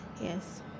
Yes